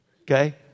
okay